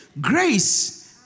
grace